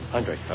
Andre